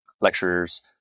lectures